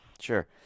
sure